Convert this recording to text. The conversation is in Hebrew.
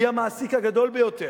כי היא המעסיק הגדול ביותר,